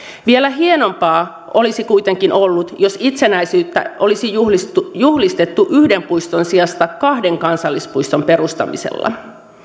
vielä hienompaa olisi kuitenkin ollut jos itsenäisyyttä olisi juhlistettu juhlistettu yhden puiston sijasta kahden kansallispuiston perustamisella